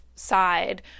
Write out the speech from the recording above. Side